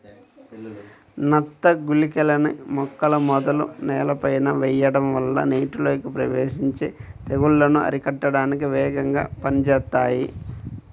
నత్త గుళికలని మొక్కల మొదలు నేలపైన వెయ్యడం వల్ల నీటిలోకి ప్రవేశించి తెగుల్లను అరికట్టడానికి వేగంగా పనిజేత్తాయి